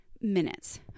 minutes